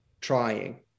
trying